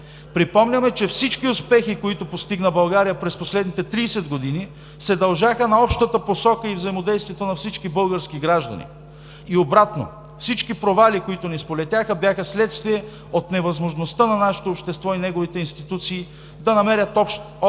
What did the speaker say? Припомняме, че всички успехи, които постигна България през последните 30 години, се дължаха на общата посока и взаимодействието на всички български граждани. И обратно – всички провали, които ни сполетяха, бяха следствие от невъзможността на нашето общество и неговите институции да намерят общ отклик